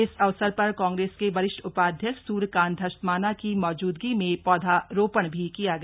इस अवसर पर काग्रेस के वरिष्ठ उपाध्यक्ष सूर्यकान्त धस्माना की मौजूदगी में पौधारोपण भी किया गया